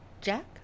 Jack